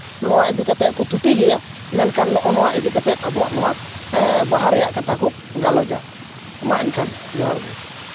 ᱱᱚᱣᱟ ᱤᱫᱤ ᱠᱟᱛᱮᱜ ᱠᱚ ᱛᱷᱩᱛᱤ ᱜᱮᱭᱟ ᱢᱮᱱᱠᱷᱟᱱ ᱱᱚᱜᱼᱚᱱᱟ ᱤᱫᱤ ᱠᱟᱛᱮᱜ ᱟᱵᱚᱣᱟᱜ ᱱᱚᱣᱟ ᱮᱜ ᱵᱟᱦᱟ ᱨᱮᱭᱟᱜ ᱠᱟᱛᱷᱟ ᱠᱚ ᱜᱟᱞᱚᱪᱟ ᱢᱟ ᱮᱱᱠᱷᱟᱱ ᱡᱚᱦᱟᱨ ᱜᱮ